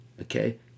okay